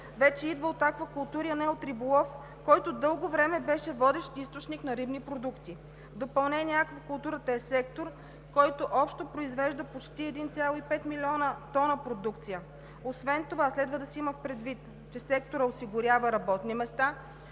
вече идва от аквакултури, а не от риболов, който дълго време беше водещ източник на рибни продукти. Аквакултурата е сектор, който общо произвежда почти 1,5 млн. тона продукция. Освен това следва да се има предвид, че секторът осигурява работни места,